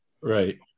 Right